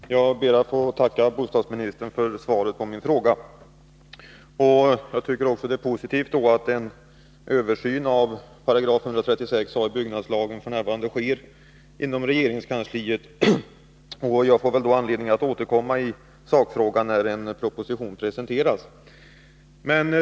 Herr talman! Jag ber att få tacka bostadsministern för svaret på min fråga. Jag tycker det är positivt att en översyn av 136 a § byggnadslagen f. n. sker inom regeringskansliet. Jag får väl anledning att återkomma i sakfrågan när en proposition presenteras.